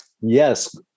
Yes